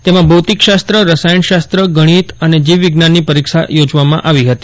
તેમાં ભૌતિક શાસ્ત્ર રસાયણ શાસ્ત્ર ગણિત અને જીવ વિજ્ઞાનની પરીક્ષા યોજવામાં આવી હતી